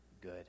good